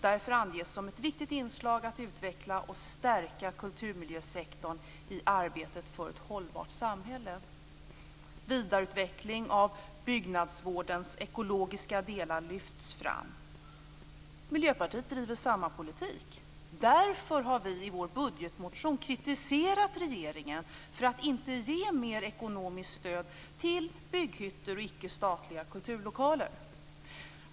Därför anges som ett viktigt inslag att utveckla och stärka kulturmiljösektorn i arbetet för ett hållbart samhälle. Vidareutveckling av byggnadsvårdens ekologiska delar lyfts fram. Miljöpartiet driver samma politik. Därför har vi i vår budgetmotion kritiserat regeringen för att inte ge mer ekonomiskt stöd till bygghyttor och icke-statliga kulturlokaler.